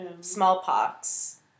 smallpox